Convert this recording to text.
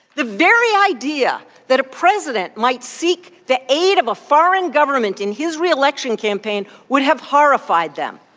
the very idea that a president might seek the aid of a foreign government in his re-election campaign would have horrified them